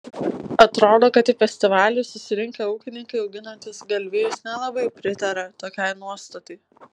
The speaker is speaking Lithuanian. atrodo kad į festivalį susirinkę ūkininkai auginantys galvijus nelabai pritaria tokiai nuostatai